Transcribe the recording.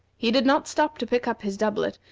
he did not stop to pick up his doublet,